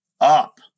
up